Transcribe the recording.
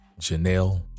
Janelle